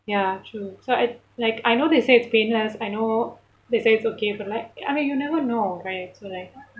ya true so I like I know they say it's painless I know they say it's okay but like I mean you never know right so like